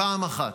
פעם אחת.